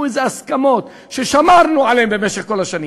איזשהן הסכמות ששמרנו עליהן כל השנים,